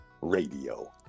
Radio